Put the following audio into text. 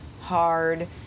hard